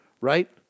right